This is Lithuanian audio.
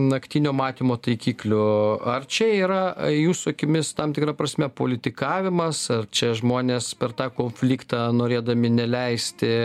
naktinio matymo taikiklių ar čia yra jūsų akimis tam tikra prasme politikavimas čia žmonės per tą konfliktą norėdami neleisti